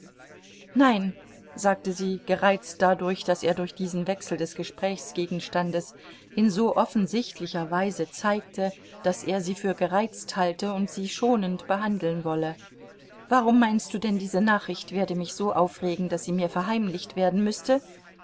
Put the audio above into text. nein sagte sie gereizt dadurch daß er durch diesen wechsel des gesprächsgegenstandes in so offensichtlicher weise zeigte daß er sie für gereizt halte und sie schonend behandeln wolle warum meinst du denn diese nachricht werde mich so aufregen daß sie mir verheimlicht werden müßte